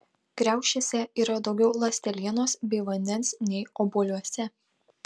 kriaušėse yra daugiau ląstelienos bei vandens nei obuoliuose